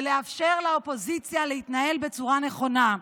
ולאפשר לאופוזיציה להתנהל בצורה הנכונה.